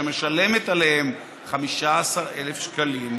שמשלמת עליהם 15,000 שקלים,